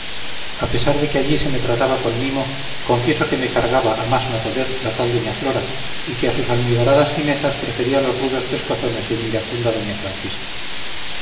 a pesar de que allí se me trataba con mimo confieso que me cargaba a más no poder la tal doña flora y que a sus almibaradas finezas prefería los rudos pescozones de mi iracunda doña francisca